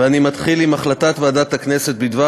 ואני מתחיל עם החלטת ועדת הכנסת בדבר